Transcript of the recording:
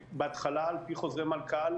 בהתחלה על פי חוזר מנכ"ל,